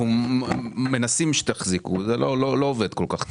אנחנו מנסים שתחזיקו וזה לא עובד כל כך טוב.